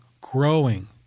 growing